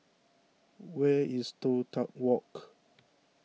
where is Toh Tuck Walk